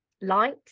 light